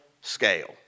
scale